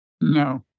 No